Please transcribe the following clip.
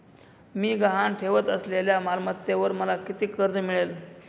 मी गहाण ठेवत असलेल्या मालमत्तेवर मला किती कर्ज मिळेल?